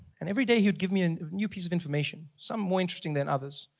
and every day he would give me a new piece of information, some more interesting than others.